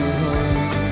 home